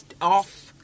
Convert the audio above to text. off